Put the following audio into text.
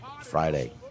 Friday